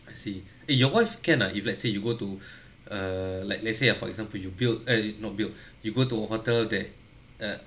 I see eh your wife can ah if let's say you go to err like let's say ah for example you build uh not build you go to a hotel that uh